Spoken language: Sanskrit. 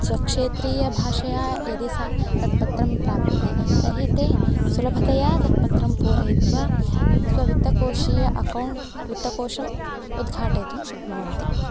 स्वक्षेत्रीयभाषया यदि सा तत् पत्रं प्राप्यते तर्हि ते सुलभतया तत् पत्रं पूरयित्वा स्ववित्तकोशीय अकौण्ट् वित्तकोशम् उद्घाटयितुं शक्नुवन्ति